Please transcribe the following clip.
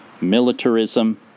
militarism